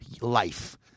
life